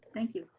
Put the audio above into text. thank you,